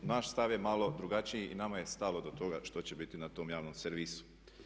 Naš stav je malo drugačiji i nama je stalo do toga što će biti na tom javnom servisu.